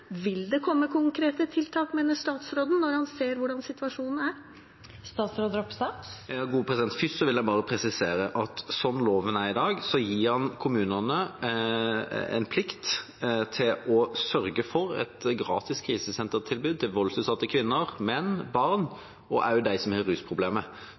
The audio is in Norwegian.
Vil det komme konkrete tiltak, mener statsråden, når han ser hvordan situasjonen er? Først vil jeg bare presisere at slik loven er i dag, gir den kommunene en plikt til å sørge for et gratis krisesentertilbud til voldsutsatte kvinner, menn og barn,